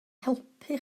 helpu